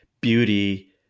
beauty